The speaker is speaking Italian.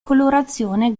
colorazione